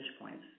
points